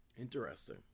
Interesting